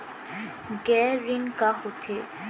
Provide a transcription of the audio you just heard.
गैर ऋण का होथे?